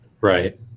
Right